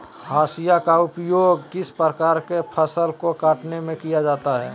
हाशिया का उपयोग किस प्रकार के फसल को कटने में किया जाता है?